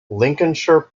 lincolnshire